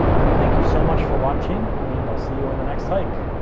but thank you so much for watching and i'll see you on the next hike.